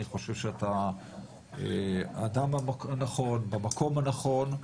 אני חושב שאתה האדם הנכון במקום הנכון,